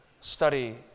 study